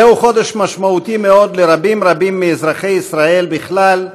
זהו חודש משמעותי מאוד לרבים רבים מאזרחי ישראל בכלל,